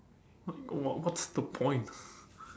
what what's the point